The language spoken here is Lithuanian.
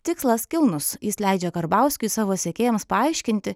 tikslas kilnus jis leidžia karbauskiui savo sekėjams paaiškinti